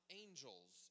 angels